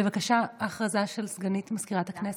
בבקשה, הודעה של סגנית מזכירת הכנסת.